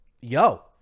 yo